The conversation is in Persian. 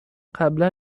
قبلا